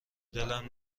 دلم